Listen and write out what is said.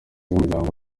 w’umuryango